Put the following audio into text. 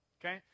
Okay